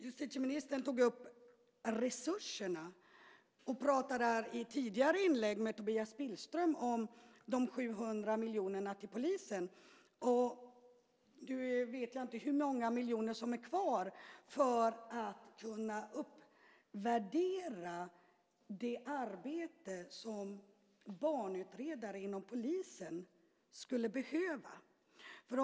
Justitieministern tog upp resurserna och pratade i ett tidigare inlägg i debatten med Tobias Billström om de 700 miljonerna till polisen. Nu vet jag inte hur många miljoner som är kvar och som man kan använda för att uppvärdera det arbete som barnutredare inom polisen gör.